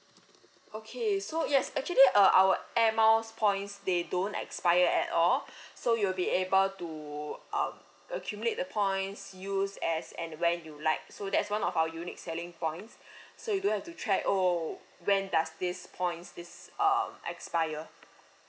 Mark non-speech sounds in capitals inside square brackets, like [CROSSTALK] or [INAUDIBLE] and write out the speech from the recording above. okay so yes actually uh our air miles points they don't expire at all [BREATH] so you'll be able to um accumulate the points use as and when you like so that's one of our unique selling points [BREATH] so you don't have to track oh when does this points is um expire